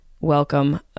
Welcome